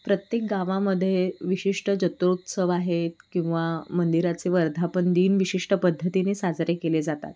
प्रत्येक गावामध्ये विशिष्ट जत्रोत्सव आहेत किंवा मंदिराचे वर्धापनदिन विशिष्ट पद्धतीने साजरे केले जातात